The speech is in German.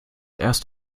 erst